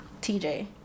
TJ